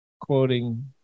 quoting